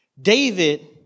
David